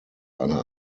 eine